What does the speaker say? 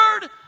word